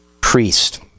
Priest